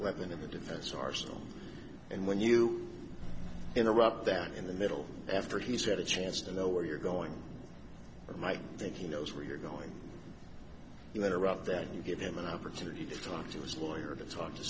weapon in the defense arsenal and when you interrupt that in the middle after he's had a chance to know where you're going or might think he knows where you're going you interrupt that you give him an opportunity to talk to his lawyer to talk to